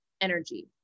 energy